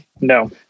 No